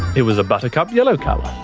it was a buttercup yellow colour.